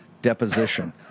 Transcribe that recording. deposition